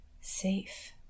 safe